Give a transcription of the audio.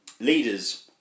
leaders